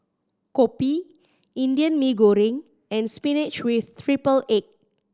kopi Indian Mee Goreng and spinach with triple egg